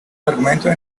argumentos